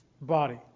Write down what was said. body